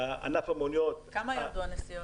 בכמה ירדו הנסיעות?